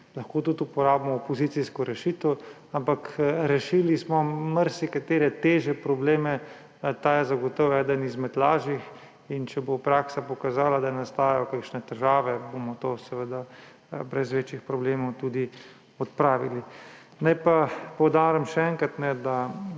lahko tudi uporabimo opozicijsko rešitev, ampak rešili smo marsikatere težje probleme, ta je zagotovo eden izmed lažjih, in če bo praksa pokazala, da nasajajo kakšne težave, bomo to seveda brez večjih problemov tudi odpravili. Naj pa poudarim še enkrat, da